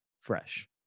Fresh